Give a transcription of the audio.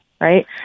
right